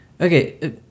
Okay